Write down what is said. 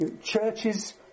churches